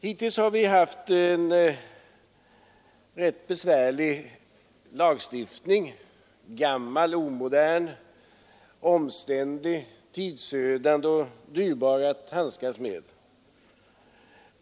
Hittills har vi haft en rätt besvärlig lagstiftning, gammal, omodern, omständlig, tidsödande och dyrbar att handskas med.